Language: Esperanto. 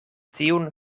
tiun